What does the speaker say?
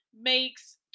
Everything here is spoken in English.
makes